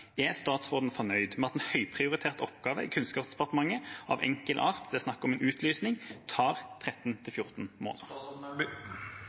Er statsråden fornøyd med at en høyprioritert oppgave i Kunnskapsdepartementet av enkel art – det er snakk om en utlysning – tar